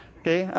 okay